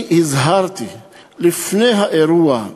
אני הזהרתי לפני האירוע,